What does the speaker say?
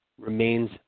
remains